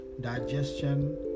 digestion